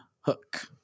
Hook